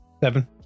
Seven